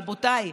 רבותיי,